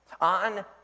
On